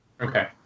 Okay